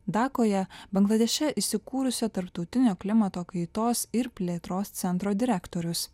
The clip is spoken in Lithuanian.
dakoje bangladeše įsikūrusio tarptautinio klimato kaitos ir plėtros centro direktorius